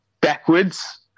backwards